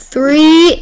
three